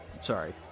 sorry